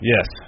Yes